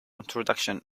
introduction